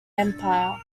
empire